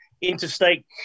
interstate